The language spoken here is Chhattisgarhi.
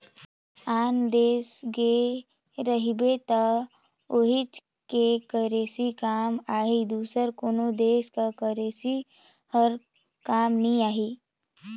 आन देस गे रहिबे त उहींच के करेंसी काम आही दूसर कोनो देस कर करेंसी हर काम नी आए